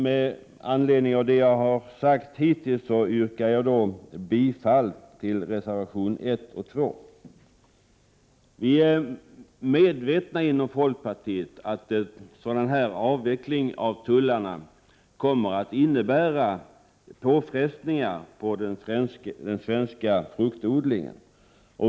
Med anledning av det jag har sagt hittills yrkar jag bifall till reservationerna 1 och 2. Vi är inom folkpartiet medvetna om att en sådan här avveckling av tullar kommer att innebära påfrestningar på den svenska fruktodlingen.